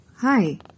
Hi